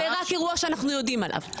זה רק אירוע שאנחנו יודעים עליו.